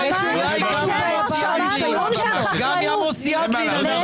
--- אולי גם עמוס ידלין, גם עמוס ידלין אנרכיסט.